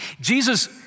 Jesus